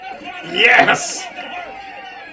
Yes